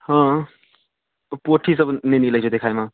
हँ पोठीसभ नहि मिलै छै देखाइमे